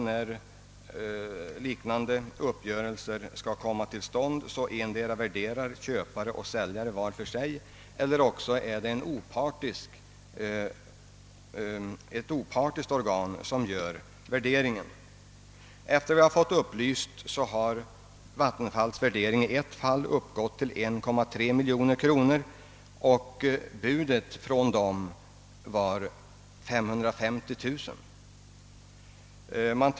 När liknande uppgörelser i andra fall skall komma till stånd brukar antingen köpare och säljare värdera var för sig eller ett opartiskt organ få göra värderingen. Enligt uppgift har Vattenfalls värdering i ett fall uppgått till 1,3 miljon kronor medan dess bud var på 550 000 kronor.